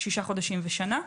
6 חודשים ושנה.